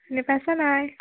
চিনি পাইছা নাই